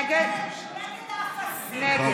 נגד נגד האפסים, אפסים, לא לענות.